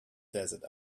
desert